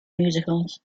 musicals